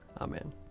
Amen